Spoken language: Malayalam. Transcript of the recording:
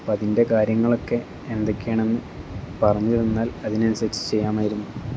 അപ്പം അതിൻ്റെ കാര്യങ്ങളൊക്കെ എന്തൊക്കെയാണ് എന്ന് പറഞ്ഞിരുന്നാൽ അതിനനുസരിച്ച് ചെയ്യാമായിരുന്നു